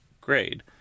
grade